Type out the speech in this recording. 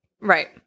Right